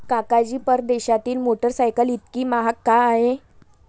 काका जी, परदेशातील मोटरसायकल इतकी महाग का आहे?